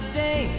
day